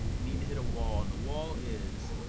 need to hit a wall and the wall is